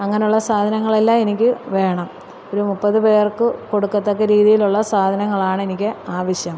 അങ്ങനെയുള്ള സാധനങ്ങളെല്ലാം എനിക്ക് വേണം ഒരു മുപ്പത് പേർക്ക് കൊടുക്കത്തക്ക രീതിയിലുള്ള സാധനങ്ങളാണ് എനിക്ക് ആവശ്യം